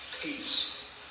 peace